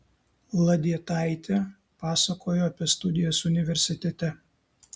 ladietaitė pasakojo apie studijas universitete